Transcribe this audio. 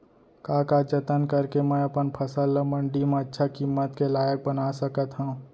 का का जतन करके मैं अपन फसल ला मण्डी मा अच्छा किम्मत के लाइक बना सकत हव?